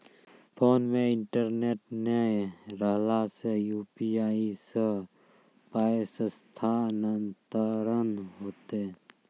Phone मे internet नै रहला सॅ, यु.पी.आई सॅ पाय स्थानांतरण हेतै?